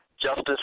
Justice